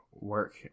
work